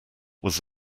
was